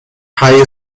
high